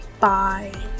bye